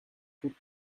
could